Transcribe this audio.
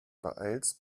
beeilst